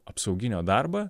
apsauginio darbą